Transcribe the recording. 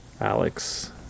Alex